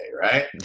right